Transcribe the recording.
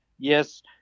Yes